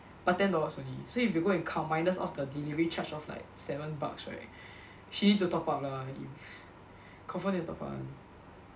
but ten dollars only so if you go and count minus off the delivery charge of like seven bucks right she need to top up money confirm need to top up [one]